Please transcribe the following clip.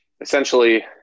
essentially